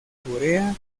corea